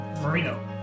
Marino